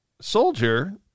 soldier